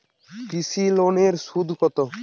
কৃষি লোনের সুদ কত?